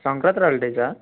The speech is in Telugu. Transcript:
సంక్రాంత్రి హాలిడేసా